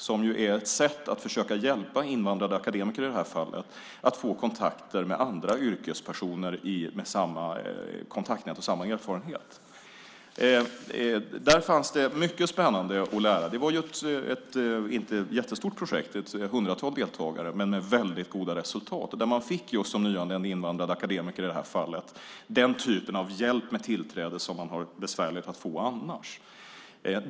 Det är ett sätt att försöka hjälpa invandrade akademiker att få kontakt med andra yrkespersoner i samma kontaktnät och med samma erfarenhet. Där fanns det mycket spännande att lära. Det var inte ett jättestort projekt, ett hundratal deltagare, men man fick mycket goda resultat. Där fick man som nyanländ invandrad akademiker den typ av hjälp med tillträde som kan vara besvärligt att få annars.